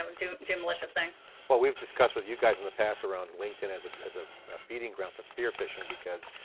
um do do malicious things. well, we've discussed with you guys in the past around linkedin as ah as a feeding ground for spear phishing because,